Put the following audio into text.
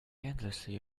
endlessly